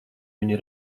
viņu